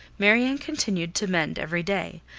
marianne continued to mend every day,